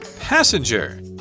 Passenger